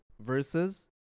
versus